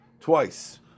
twice